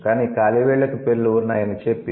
కాని కాలి వేళ్ళకు పేర్లు ఉన్నాయని చెప్పి